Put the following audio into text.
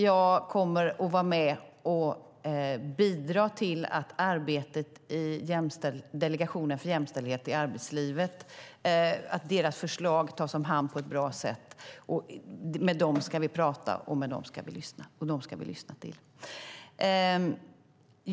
Jag kommer att vara med och bidra till att förslagen från delegationen för jämställdhet i arbetslivet tas om hand på ett bra sätt. Med dem ska vi prata, och dem ska vi lyssna till.